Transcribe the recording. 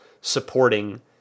supporting